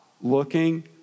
looking